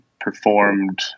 performed